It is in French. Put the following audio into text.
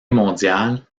mondiale